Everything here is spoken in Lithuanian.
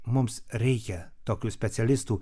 mums reikia tokių specialistų